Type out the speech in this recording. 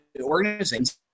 organizations